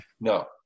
No